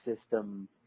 system